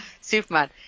Superman